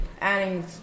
Adding